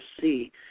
see